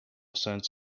cents